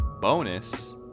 Bonus